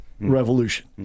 Revolution